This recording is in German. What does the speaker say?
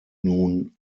nun